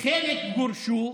חלק גורשו.